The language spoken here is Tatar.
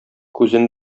күзен